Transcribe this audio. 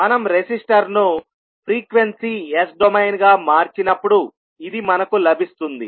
మనం రెసిస్టర్ను frequency S డొమైన్గా మార్చినప్పుడు ఇది మనకు లభిస్తుంది